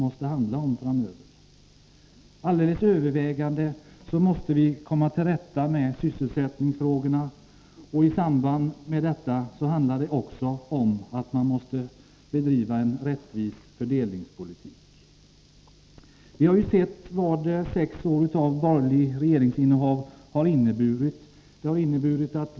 Det allra viktigaste måste vara att komma till rätta med sysselsättningsfrågorna. I det sammanhangt handlar det också om att vi måste bedriva en rättvis fördelningspolitik. Vi har sett vad sex år av borgerligt regeringsinnehav har inneburit.